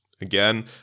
again